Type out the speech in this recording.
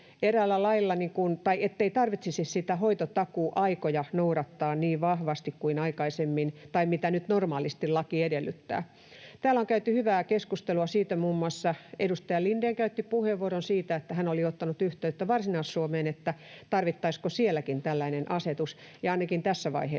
alueella ei tarvitsisi hoitotakuuaikoja noudattaa niin vahvasti kuin aikaisemmin tai niin kuin nyt normaalisti laki edellyttää. Täällä on käyty hyvää keskustelua siitä. Muun muassa edustaja Lindén käytti puheenvuoron siitä, että hän oli ottanut yhteyttä Varsinais-Suomeen siitä, tarvittaisiinko sielläkin tällainen asetus, ja ainakaan tässä vaiheessa